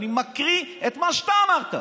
אני מקריא את מה שאתה אמרת.